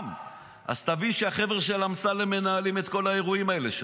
אז תבין שהחבר'ה של אמסלם מנהלים את כל האירועים האלה שם.